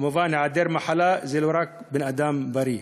כמובן, היעדר מחלה זה לא רק בן-אדם בריא,